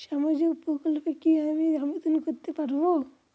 সামাজিক প্রকল্পে কি আমি আবেদন করতে পারবো?